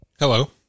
Hello